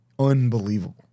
Unbelievable